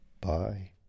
bye